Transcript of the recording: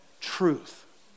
truth